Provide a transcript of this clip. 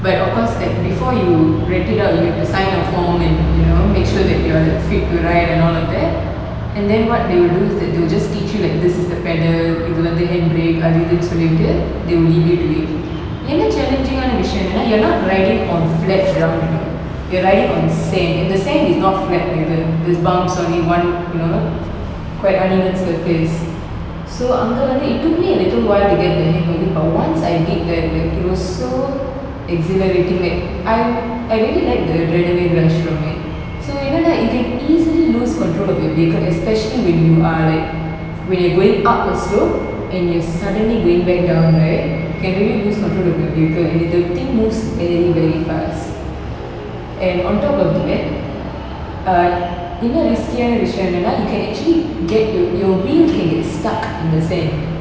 but of course before you rent it out you have to sign a form and you know make that you are like fit to ride and all of that and then what they will do is that they'll just teach you like this is the pedal இது வந்து:idhu vanthu hand brake அது இதுனு சொல்லிட்டு:adhu idhunu sollitu they will leave you to it என்ன:enna challenging ஆன விஷயம் என்னனா:aana vishayam ennana you're not riding on flat ground you know you're riding on sand and the sand is not flat either there's bumps only one you know quite uneven surface so அங்க வந்து:anga vanthu it took me a little while to get the hang of it but once I did right like it was so exhilarating right I I really like the adrenaline rush from it so என்னனா:ennana you can easily lose control of your vehicle especially when you are like when you're going up the slope and you're suddenly going back down right you can really lose control of your vehicle and it the thing moves very very fast and on top of that err இன்னும் risky ஆனா விஷயம் என்னனா:innum risky aana vishayam ennana you can actually get your your wheel can get stuck in the sand